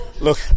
Look